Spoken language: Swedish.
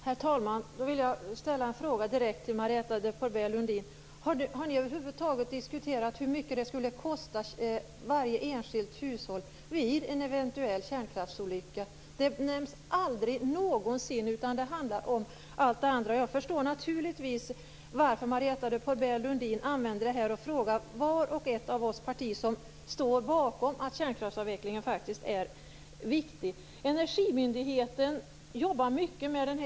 Herr talman! Jag vill ställa en fråga direkt till Marietta de Pourbaix-Lundin: Har ni över huvud taget diskuterat hur mycket en eventuell kärnkraftsolycka skulle kosta varje enskilt hushåll? Den saken nämns aldrig. I stället handlar det om allt det andra. Jag förstår naturligtvis varför Marietta de Pourbaix Lundin använder sig av detta och har frågor till vart och ett av de partier som står bakom detta med att kärnkraftsavvecklingen faktiskt är viktig. Energimyndigheten jobbar mycket med frågan.